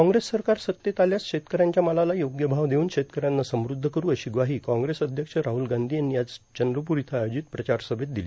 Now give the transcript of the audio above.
काँग्रेस सरकार सत्तेत आल्यास शेतकऱ्यांच्या मालाला योग्य भाव देऊन शेतकऱ्यांना समृद्ध करू अशी ग्वाही काँग्रेस अध्यक्ष राहुल गांधी यांनी आज चंद्रपूर इथं आयोजित प्रचारसभेत दिली